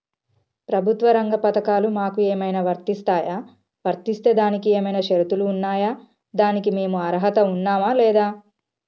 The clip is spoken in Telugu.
ప్రభుత్వ రంగ పథకాలు మాకు ఏమైనా వర్తిస్తాయా? వర్తిస్తే దానికి ఏమైనా షరతులు ఉన్నాయా? దానికి మేము అర్హత ఉన్నామా లేదా?